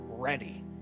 Ready